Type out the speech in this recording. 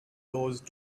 those